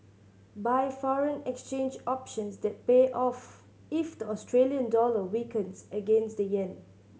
buy foreign exchange options that pay off if the Australian dollar weakens against the yen